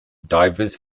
divers